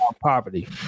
poverty